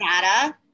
data